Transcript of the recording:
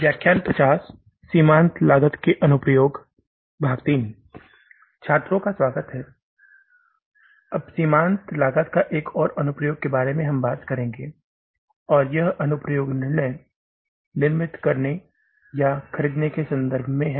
छात्रों का स्वागत है इसलिए अब सीमांत लागत का एक और अनुप्रयोग के बारे में बात करेंगे और यह अनुप्रयोग निर्णय निर्मित करने या खरीदने के संबंध में है